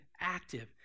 active